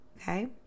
okay